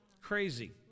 Crazy